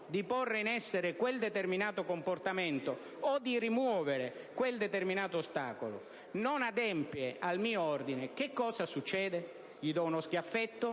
di porre in essere quel determinato comportamento o di rimuovere quel determinato ostacolo, non adempie al mio ordine, che cosa succede? Le do uno schiaffetto,